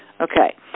Okay